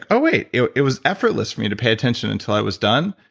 oh wait, it it was effortless for me to pay attention until i was done.